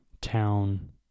town